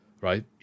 right